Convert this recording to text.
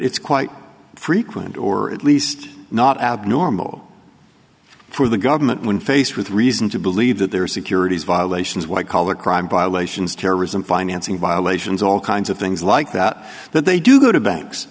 it's quite frequent or at least not abnormal for the government when faced with reason to believe that their securities violations white collar crime violations terrorism financing violations all kinds of things like that that they do go to banks